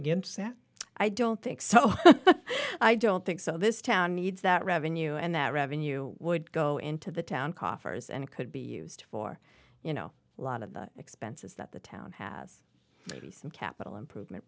against that i don't think so i don't think so this town needs that revenue and that revenue would go into the town coffers and it could be used for you know a lot of the expenses that the town has some capital improvement